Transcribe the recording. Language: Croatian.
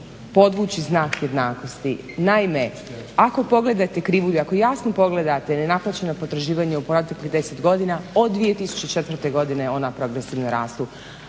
podvući znak jednakosti. Naime, ako pogledate krivulju, ako jasno pogledate nenaplaćena potraživanja u proteklih 10 godina od 2004. godine ona progresivno rastu.